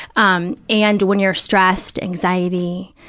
um and when you're stressed, anxiety,